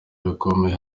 bikomeye